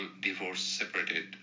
divorce-separated